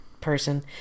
person